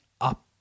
up